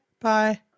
bye